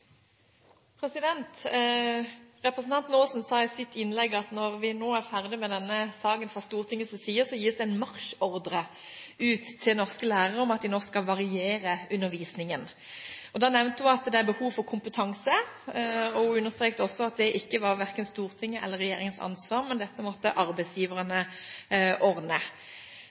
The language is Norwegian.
med denne saken fra Stortingets side, gis det en marsjordre ut til norske lærere om at de nå skal variere undervisningen. Hun nevnte at det er behov for kompetanse, og hun understreket også at det er verken Stortingets eller regjeringens ansvar, men at dette må arbeidsgiverne ordne.